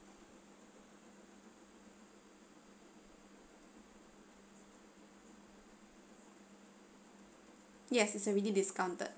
yes it's already discounted